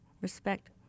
respect